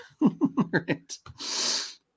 Right